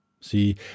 See